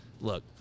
Look –